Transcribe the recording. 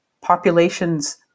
populations